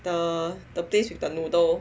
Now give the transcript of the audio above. the the place with the noodle